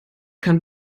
kann